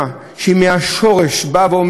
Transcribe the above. מהשורש היא באה ואומרת: אני יכול להגיד